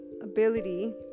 ability